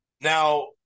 Now